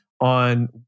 on